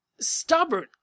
stubborn